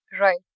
Right